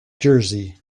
jersey